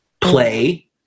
Play